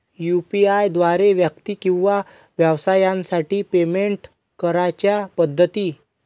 UPI द्वारे व्यक्ती किंवा व्यवसायांसाठी पेमेंट करण्याच्या पद्धती